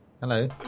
hello